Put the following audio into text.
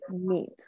meet